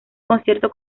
concierto